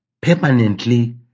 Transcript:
permanently